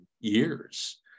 years